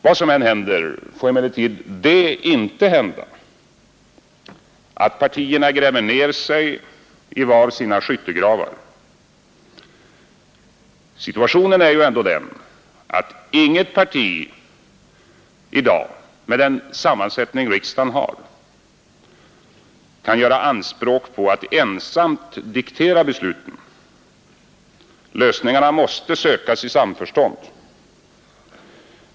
Vad som än händer får emellertid inte det hända att partierna gräver ner sig i var sina skyttegravar. Situationen är ändå den att inget parti i dag med riksdagens nuvarande sammansättning kan göra anspråk på att ensamt diktera besluten — lösningarna måste sökas i samförstånd.